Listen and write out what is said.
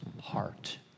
heart